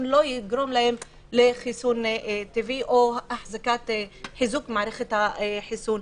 לא יגרום להם לחיסון טבעי או לחיזוק המערכת החיסונית.